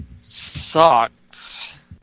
sucks